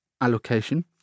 allocation